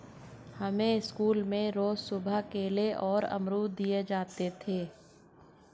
हमें स्कूल में रोज सुबह केले और अमरुद दिए जाते थे